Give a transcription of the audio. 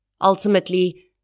Ultimately